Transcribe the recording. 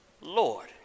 Lord